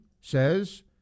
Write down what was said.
says